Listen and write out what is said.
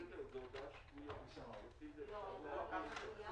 קיבלנו שתי בקשות לרביזיה.